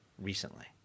recently